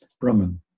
Brahman